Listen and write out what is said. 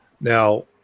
Now